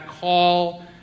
call